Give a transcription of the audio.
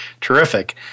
Terrific